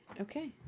Okay